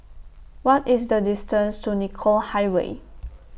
What IS The distance to Nicoll Highway